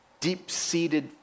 Deep-seated